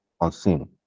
unseen